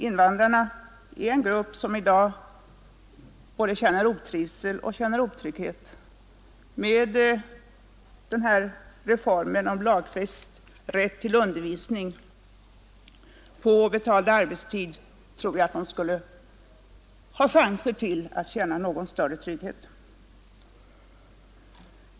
Invandrarna är en grupp som i dag känner både otrivsel och otrygghet. Med den här reformen om lagfäst rätt till undervisning på betald arbetstid tror jag att de skulle ha chanser till att få känna större trygghet.